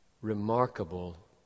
remarkable